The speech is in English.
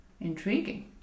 Intriguing